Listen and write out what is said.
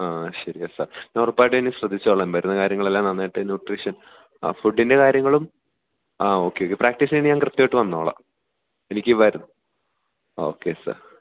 ആ ശരിയാണ് സാർ ഞാൻ ഉറപ്പായിട്ടുമിനി ശ്രദ്ധിച്ചോളാം വരുന്ന കാര്യങ്ങളെല്ലാം നന്നായിട്ട് ന്യൂട്രീഷ്യൻ ആ ഫുഡ്ഡിൻ്റെ കാര്യങ്ങളും ആ ഓക്കെ ഓക്കെ പ്രാക്ടീസ് ചെയ്യാൻ ഞാൻ കൃത്യമായിട്ടും വന്നോളാം എനിക്കീ വര ഓക്കേ സാർ